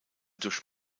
durch